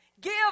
give